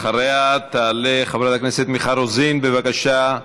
אחריה תעלה חברת הכנסת מיכל רוזין, בבקשה.